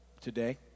today